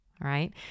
right